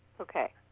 Okay